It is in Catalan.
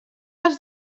els